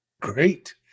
Great